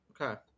Okay